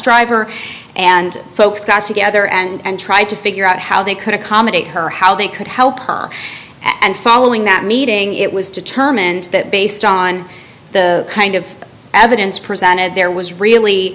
driver and folks got together and tried to figure out how they could accommodate her how they could help and following that meeting it was determined that based on the kind of evidence presented there was really